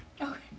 Okay